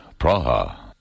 Praha